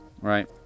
right